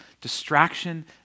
distraction